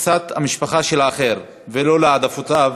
תפיסת המשפחה של האחר או כלפי העדפותיו,